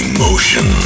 Emotion